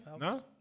no